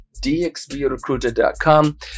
dxbrecruiter.com